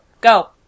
go